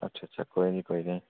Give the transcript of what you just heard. अच्छा अच्छा कोई निं कोई निं